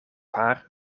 haar